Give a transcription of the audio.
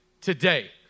today